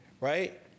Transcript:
Right